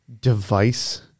Device